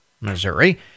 Missouri